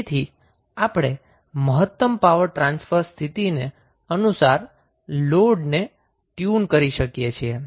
તેથી આપણે મહત્તમ પાવર ટ્રાન્સફર સ્થિતિને અનુસાર લોડને ટ્યુન કરી શકીએ છીએ